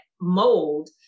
mold